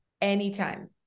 anytime